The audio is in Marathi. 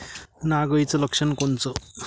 नाग अळीचं लक्षण कोनचं?